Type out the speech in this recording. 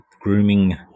grooming